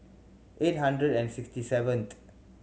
eight hundred and sixty seventh